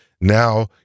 now